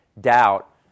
doubt